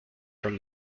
from